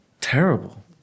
Terrible